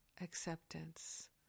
acceptance